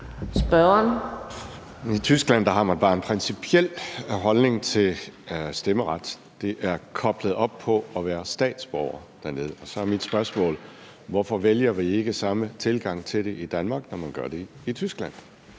(DF): I Tyskland har man bare en principiel holdning til stemmeret. Det er koblet op på at være statsborger dernede. Så er mit spørgsmål: Hvorfor vælger vi ikke samme tilgang til det i Danmark, når man gør det i Tyskland?